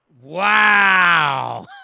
Wow